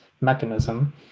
mechanism